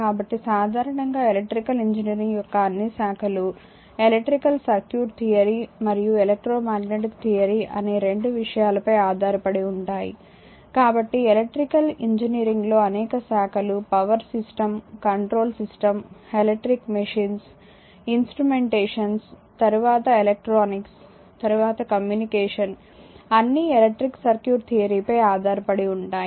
కాబట్టి సాధారణంగా electrical engineering యొక్క అన్ని శాఖలు ఎలక్ట్రిక్ సర్క్యూట్ థియరీ మరియు ఎలక్ట్రోమాగ్నెటిక్ థియరీ అనే రెండు విషయాలపై ఆధారపడి ఉంటాయి కాబట్టి ఎలక్ట్రికల్ ఇంజనీరింగ్లోని అనేక శాఖలు power system control system electric machines instrumentation తర్వాత ఎలక్ట్రానిక్స్ తర్వాత కమ్యూనికేషన్ అన్నీ ఎలక్ట్రిక్ సర్క్యూట్ థియరీ పై ఆధారపడి ఉంటాయి